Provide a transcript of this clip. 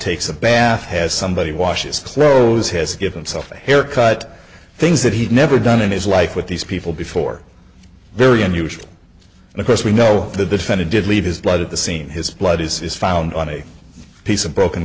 takes a bath has somebody washes clothes he has given self a haircut things that he'd never done in his life with these people before very unusual and of course we know the defendant did leave his blood at the scene his blood is found on a piece of broken